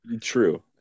True